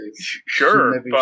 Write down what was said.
Sure